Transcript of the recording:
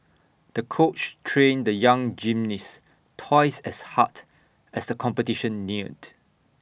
the coach trained the young gymnast twice as hard as the competition neared